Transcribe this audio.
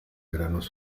veranos